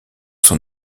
son